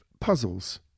puzzles